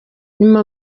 nyuma